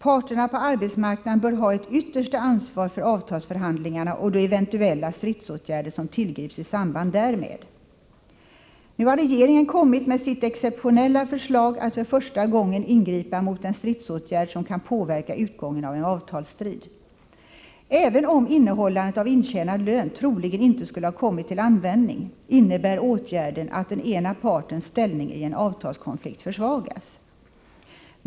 Parterna på arbetsmarknaden bör ha ett yttersta ansvar för avtalsförhandlingarna och de eventuella stridsåtgärder som tillgrips i samband därmed. Nu har regeringen kommit med sitt exceptionella förslag att för första gången ingripa mot en stridsåtgärd som kan påverka utgången av en avtalsstrid. Även om innehållandet av intjänad lön troligen inte skulla ha kommit till användning, innebär åtgärden att den ena partens ställning i en avtalskonflikt försvagas.